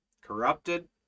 corrupted